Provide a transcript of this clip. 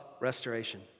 restoration